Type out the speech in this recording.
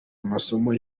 amasomo